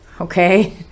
Okay